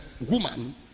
woman